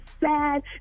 sad